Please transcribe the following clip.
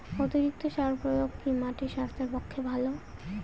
অতিরিক্ত সার প্রয়োগ কি মাটির স্বাস্থ্যের পক্ষে ভালো?